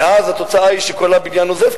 ואז התוצאה היא שכל הבניין עוזב,